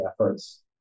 efforts